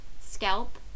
scalp